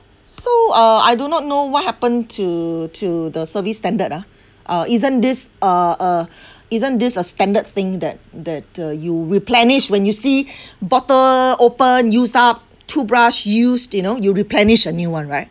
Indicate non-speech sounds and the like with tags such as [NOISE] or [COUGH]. so uh I do not know what happen to to the service standard ah uh isn't this uh uh [BREATH] isn't this a standard thing that that uh you replenish when you see [BREATH] bottle open used up two brush used you know you replenish a new [one] right